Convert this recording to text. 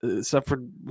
suffered